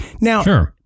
Now